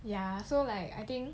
ya so like I think